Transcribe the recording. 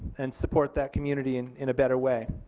and support that community in in a better way.